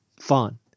fun